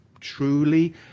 truly